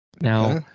Now